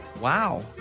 Wow